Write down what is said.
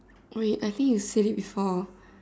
wait I think you said it before